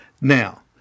now